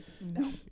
no